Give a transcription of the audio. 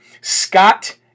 Scott